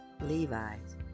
Levi's